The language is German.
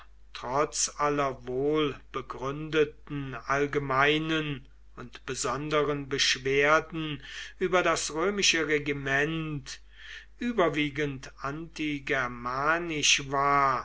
trotz aller wohlbegründeten allgemeinen und besonderen beschwerden über das römische regiment überwiegend antigermanisch war